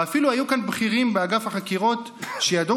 אפילו היו כאן בכירים באגף החקירות שידעו